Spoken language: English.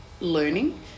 learning